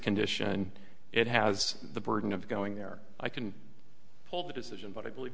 condition it has the burden of going there i can pull the decision but i believe